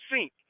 sink